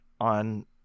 on